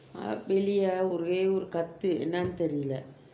வெளியே ஒரே ஒரு கத்து என்னது தெரியேல்ல:veliyae orae oru katthu ennathu theriyaella